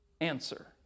answer